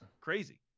crazy